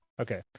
Okay